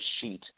sheet